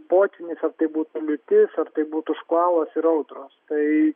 potvynis ar tai būtų liūtis ar tai būtų škvalas ir audros tai